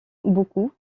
beaucoup